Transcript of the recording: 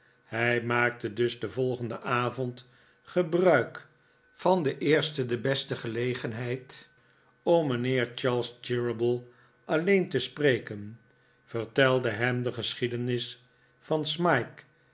hij maakte dus den volgenden avond gebruik van de eerste de beste gelegenheid om mijnheer charles cheeryble alleen te spreken vertelde hem de geschiedenis van smike